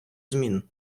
змін